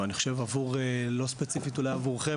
אבל אני חושב לא ספציפית אולי רק עבורכם